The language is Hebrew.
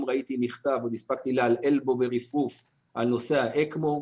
ראיתי מכתב שהספקתי לעלעל בו ברפרוף על נושא האקמו.